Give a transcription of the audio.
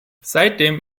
seitdem